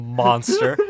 monster